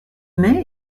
mai